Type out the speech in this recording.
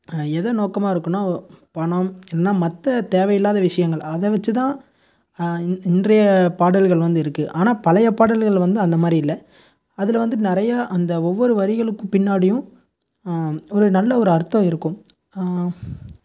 எதை நோக்கமாக இருக்குதுன்னா ஓ பணம் இல்லைனா மற்ற தேவையில்லாத விஷயங்கள் அதை வச்சு தான் இன் இன்றைய பாடல்கள் வந்து இருக்குது ஆனால் பழைய பாடல்கள் வந்து அந்தமாதிரி இல்லை அதில் வந்து நிறையா அந்த ஒவ்வொரு வரிகளுக்கு பின்னாடியும் ஒரு நல்ல ஒரு அர்த்தம் இருக்கும்